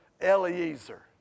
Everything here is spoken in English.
Eliezer